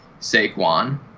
Saquon